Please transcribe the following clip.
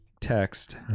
text